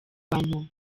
abantu